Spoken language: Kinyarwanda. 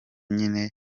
nyine